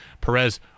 Perez